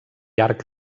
arc